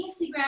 Instagram